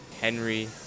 Henry